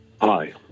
Hi